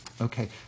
okay